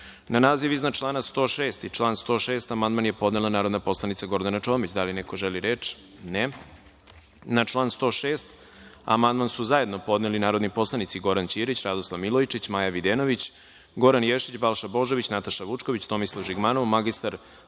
naziv iznad člana 106. i član 106. amandman je podnela narodna poslanica Gordana Čomić. Da li neko želi reč? (Ne)Na član 106. amandman su zajedno podneli narodni poslanici Goran Ćirić, Radoslav Milojičić, Maja Videnović, Goran Ješić, Balša Božović, Nataša Vučković, Tomislav Žigmanov, mr